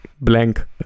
blank